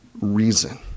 reason